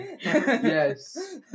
Yes